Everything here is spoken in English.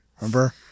Remember